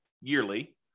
yearly